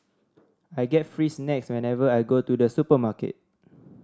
I get free snacks whenever I go to the supermarket